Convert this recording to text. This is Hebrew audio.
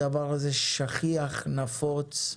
הדבר הזה שכיח, נפוץ,